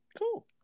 cool